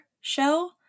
show